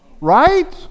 Right